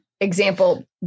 example